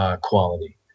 quality